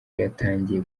yatangiye